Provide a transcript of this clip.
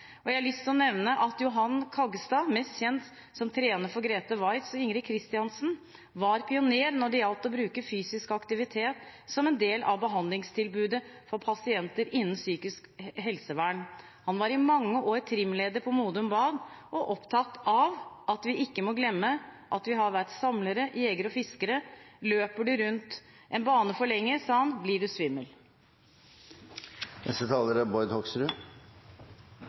år. Jeg har lyst til å nevne at Johan Kaggestad, mest kjent som trener for Grete Waitz og Ingrid Kristiansen, var pioner når det gjaldt å bruke fysisk aktivitet som en del av behandlingstilbudet for pasienter innen psykisk helsevern. Han var i mange år trimleder på Modum Bad og opptatt av at vi ikke må glemme at vi har vært samlere, jegere og fiskere. Løper man rundt en bane for lenge, sa han, blir man svimmel. Det har vært mange flotte innlegg om mange viktige temaer. Det er